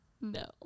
No